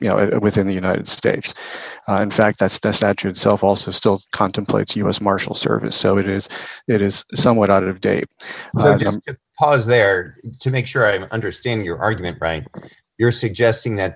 you know it within the united states and fact that statute itself also still contemplates u s marshal service so it is it is somewhat out of date was there to make sure i understand your argument right you're suggesting that